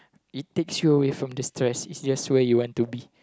it takes you away from the stress it's just where you want to be